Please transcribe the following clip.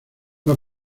fue